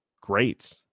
great